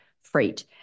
freight